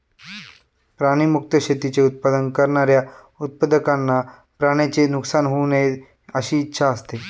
प्राणी मुक्त शेतीचे उत्पादन करणाऱ्या उत्पादकांना प्राण्यांचे नुकसान होऊ नये अशी इच्छा असते